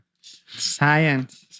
Science